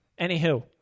Anywho